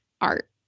art